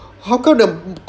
how come the